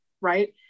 right